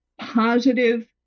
positive